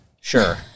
Sure